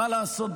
מה לעשות,